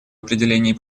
определении